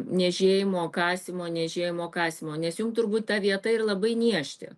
niežėjimo kasymo niežėjimo kasymo nes jum turbūt tą vietą ir labai niežti